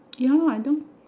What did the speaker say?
ya lah I don't